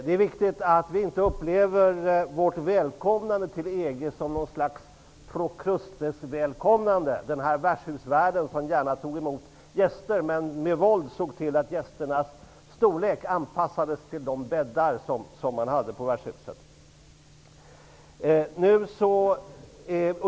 Det är viktigt att vi inte upplever vårt välkomnande till EG som något slags Prokrustes-välkomnande -- värdshusvärden som gärna tog emot gäster men med våld såg till att gästernas storlek anpassades till de bäddar som fanns på värdshuset.